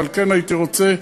אבל כן הייתי רוצה,